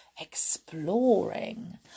exploring